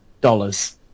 dollars